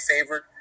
favorite